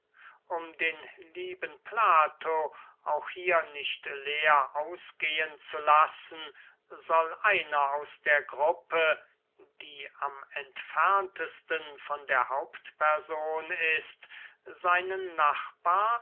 um den lieben plato auch hier nicht leer ausgehen zu lassen soll einer aus der gruppe die am entferntesten von der hauptperson ist seinen nachbar